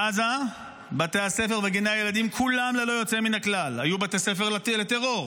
בעזה בתי הספר וגני הילדים כולם ללא יוצא מן הכלל היו בתי ספר לטרור,